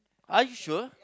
are you sure